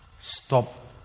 stop